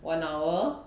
one hour